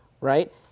right